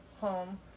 Home